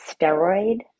steroid